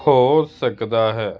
ਹੋ ਸਕਦਾ ਹੈ